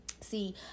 See